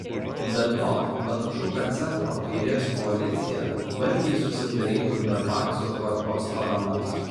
be to panašu kad centro kairės koalicija vargiai susidarytų be pakso tvarkos paramos